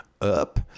up